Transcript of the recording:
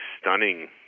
stunning